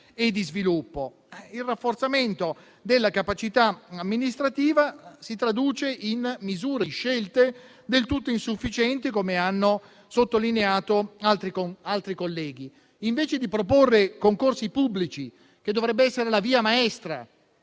e di sviluppo. Il rafforzamento della capacità amministrativa si traduce in misure e in scelte del tutto insufficienti, come hanno sottolineato altri colleghi. Invece di proporre concorsi pubblici, che dovrebbe essere la via maestra